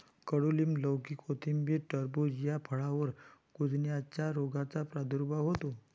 कडूलिंब, लौकी, कोथिंबीर, टरबूज या फळांवर कुजण्याच्या रोगाचा प्रादुर्भाव होतो